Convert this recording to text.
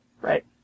right